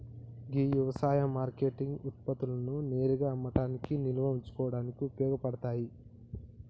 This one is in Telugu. గీ యవసాయ మార్కేటింగ్ ఉత్పత్తులను నేరుగా అమ్మడానికి నిల్వ ఉంచుకోడానికి ఉపయోగ పడతాది